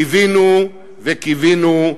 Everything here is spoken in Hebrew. קיווינו וקיווינו,